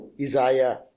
Isaiah